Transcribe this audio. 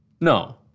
No